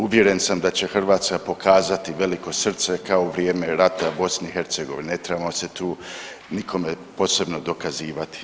Uvjeren sam da će Hrvatska pokazati veliko srce kao u vrijeme rata u BiH, ne trebamo se tu nikome posebno dokazivati.